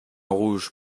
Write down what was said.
rouge